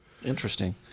Interesting